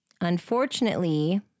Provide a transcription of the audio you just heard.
Unfortunately